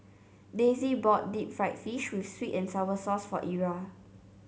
Daisie bought Deep Fried Fish with sweet and sour sauce for Ira